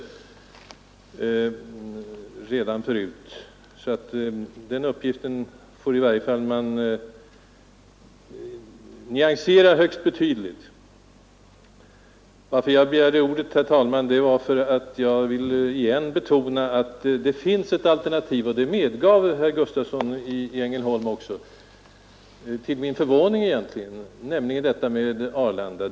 Herr Gustavssons uppgift får man följaktligen i varje fall nyansera högst betydligt. Anledningen till att jag begärde ordet, herr talman, var emellertid att jag ännu en gång ville betona att det finns ett alternativ, och det medgav också herr Gustavsson i Ängelholm — egentligen till min förvåning — nämligen Arlanda.